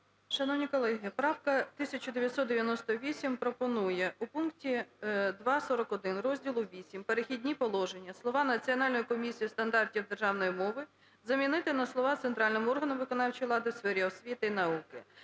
Шановні колеги, правка 1998 пропонує у пункті 2.41 Розділу VІІІ. "Перехідні положення" слова "Національною комісією стандартів державної мови" замінити на слова "центральним органом виконавчої влади у сфері освіти та науки".